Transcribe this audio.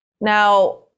Now